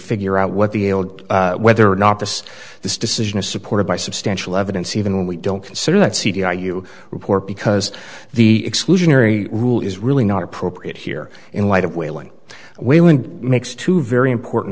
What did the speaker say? figure out what the whether or not this this decision is supported by substantial evidence even when we don't consider that c d r you report because the exclusionary rule is really not appropriate here in light of whaling whaling makes two very important